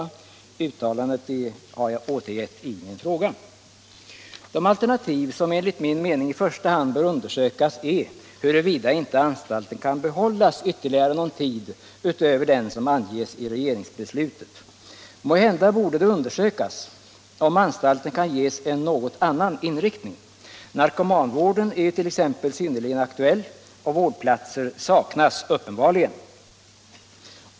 Det uttalandet har jag återgett i min fråga. Det alternativ som enligt min mening i första hand bör undersökas är huruvida anstalten kan behållas ytterligare någon tid utöver den som anges i regeringsbeslutet. Måhända borde det undersökas om anstalten kan ges en något annan inriktning. Narkomanvården är t.ex. synnerligen aktuell, och vårdplatser saknas uppenbarligen.